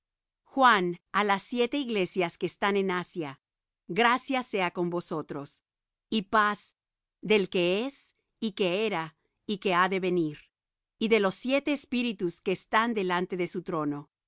juan á las siete iglesias que están en asia gracia sea con vosotros y paz del que es y que era y que ha de venir y de los siete espíritus que están delante de su trono